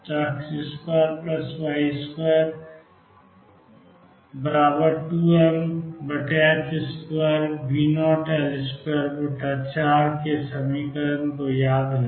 तो X2Y22m2 V0L24 के समीकरण को याद रखें